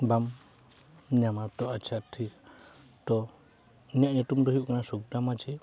ᱵᱟᱢ ᱧᱟᱢᱟ ᱛᱚ ᱟᱪᱪᱷᱟ ᱴᱷᱤᱠ ᱜᱮᱭᱟ ᱛᱚ ᱤᱧᱟᱹᱜ ᱧᱩᱛᱩᱢ ᱫᱚ ᱦᱩᱭᱩᱜ ᱠᱟᱱᱟ ᱥᱩᱠᱫᱟᱹ ᱢᱟᱹᱡᱷᱤ